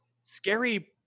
scary